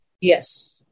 yes